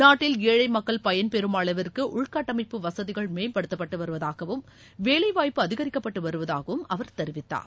நாட்டில் ஏழை மக்கள் பயன்பெறும் அளவிற்கு உள்கட்டமைப்பு வசதிகள் மேம்படுத்தப்பட்டு வருவதாகவும் வேலைவாய்ப்பு அதிகரிக்கப்பட்டு வருவதாகவும் அவர் தெரிவித்தார்